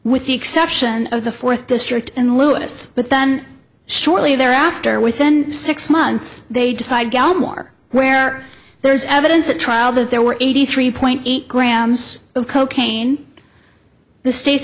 with the exception of the fourth district and lewis but then shortly thereafter within six months they decide gal more where there is evidence at trial that there were eighty three point eight grams of cocaine the state